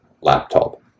laptop